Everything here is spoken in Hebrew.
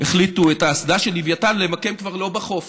החליטו את האסדה של לווייתן כבר למקם לא בחוף